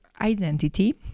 identity